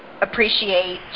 appreciate